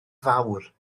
fawr